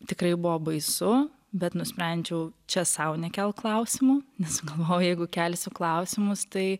tikrai buvo baisu bet nusprendžiau čia sau nekelt klausimų nes galvojau jeigu kelsiu klausimus tai